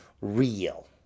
real